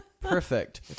Perfect